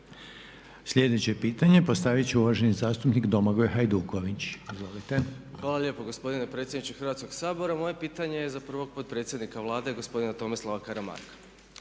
Sljedeće pitanje postaviti će uvaženi zastupnik Domagoj Hajduković. Izvolite. **Hajduković, Domagoj (SDP)** Hvala lijepo gospodine predsjedniče Hrvatskoga sabora. Moje pitanje je za prvog potpredsjednika Vlade gospodina Tomislava Karamarka.